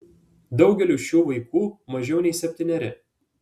daugeliui šių vaikų mažiau nei septyneri